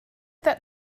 that